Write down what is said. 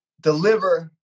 deliver